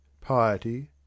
piety